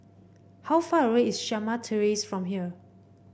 how far away is Shamah Terrace from here